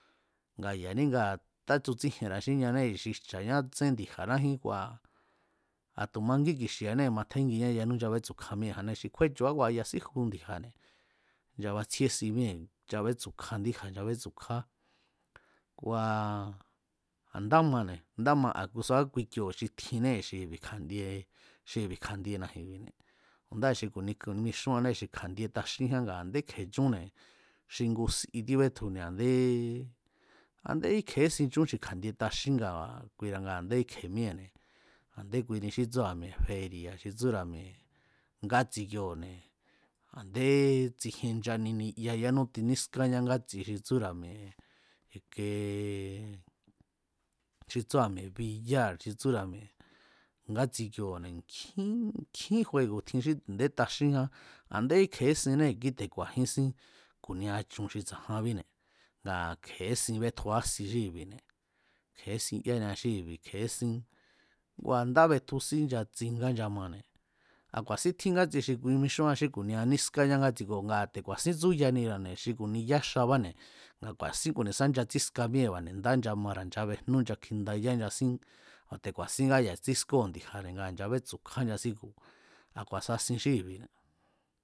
Nga ya̱ní ngaa̱ tachutsíjienra̱a xí ñanée̱ xi jcha̱ñá tsen ndi̱ja̱nájín kua̱ a̱ tu̱ mangín kixi̱anée̱ yanú nchabétsu̱kja míée̱janée̱ xi kjúéchu̱a ngua̱ ya̱ síju ndi̱ja̱ne̱, nchabatsjíesi míée̱ nchabétsu̱kja ndíja̱ nchabétsu̱kjá kua̱, a̱ ndá mane̱ ndá ma a̱ subá kui kioo̱ tjinnée̱ xi i̱bi̱ kja̱ndie xi i̱bi̱ kjandiena̱ji̱nbi̱ne̱ ndáa̱ xi ku̱ni mixúanné xi kja̱ndie taxínján nga a̱ndé kje chúnne̱ xi ngu si tíbetjune̱ a̱nde a̱ndé íkje̱ésin chún xi kja̱ndie taxín nga kuira̱ nga a̱ndé íkje̱ míée̱ne̱ a̱ndé kuini xí tsúra̱ mi̱e̱ feri̱a̱ xi tsúra̱ mie̱ ngátsi kioo̱ne̱ a̱ndé tsjien nchani niya yánú tinískáñá ngátsi xi tsúra̱ mi̱e̱ i̱kee, xi tsúra̱ mi̱e̱ biyáa̱r xi tsúra̱ mi̱e̱ ngátsi kioo̱ne̱ nkjín nkjín juego̱ tjin xí a̱ndé taxínján a̱ndé íkje̱ésinnée̱ kíte̱ ku̱a̱jínsín ku̱nia chun xi tsa̱janbíne̱ ngaa̱ kje̱ésin bétjua si xí ibi̱ne̱, kje̱ésin yánia xí i̱bi̱ kje̱esín ngua ndá betju sí, nchatsingá nchamane̱ a̱ ku̱a̱sín tjín ngátsi xi mixúan xí ku̱nia nískáñá ngátsi kioo̱ nga te̱ ku̱a̱sín tsúyanira̱ne̱ xi ku̱ni yá xabáne̱ nga ku̱a̱sín ku̱nisá nchatsíska míée̱ba̱ne̱ ndá nchamara̱ nchabéjñu nchakjindayá nchasín, a̱ te̱ ku̱a̱síngá ya̱a tsískóo̱ ndi̱ja̱ne̱ ngaa̱ nchabétsu̱ kjá nchasíku̱ a̱ ku̱a̱sasin xí i̱bi̱ne̱.